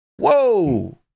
Whoa